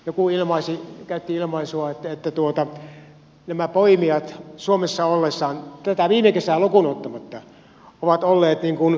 joku käytti ilmaisua että nämä poimijat suomessa ollessaan tätä viime kesää lukuun ottamatta ovat olleet niin kuin kolmannessa taivaassa